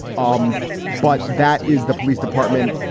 um but that is the police department.